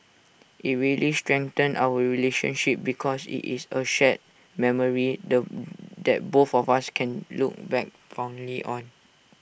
IT really strengthened our relationship because IT is A shared memory the that both of us can look back fondly on